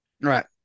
Right